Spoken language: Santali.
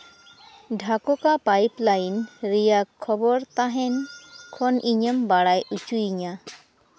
ᱰᱷᱟᱠᱳᱴᱟ ᱯᱟᱭᱤᱯ ᱞᱟᱭᱤᱱ ᱨᱮᱭᱟᱜ ᱠᱷᱚᱵᱚᱨ ᱛᱟᱦᱮᱱ ᱠᱷᱚᱱ ᱤᱧᱮᱢ ᱵᱟᱲᱟᱭ ᱦᱚᱪᱚᱧᱟ